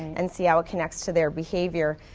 and see how it connects to their behavior.